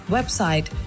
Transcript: Website